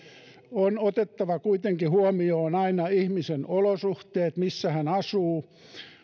on otettava kuitenkin huomioon aina ihmisen olosuhteet missä hän asuu